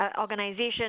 organization